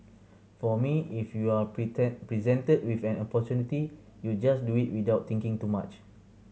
for me if you are pretend presented with an opportunity you just do it without thinking too much